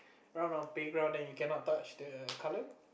run on playground then you cannot touch the colour